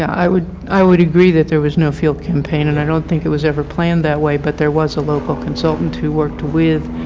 i would i would agree that there was no field campaign and i don't think it was ever planned that way but there was a local consultant who worked with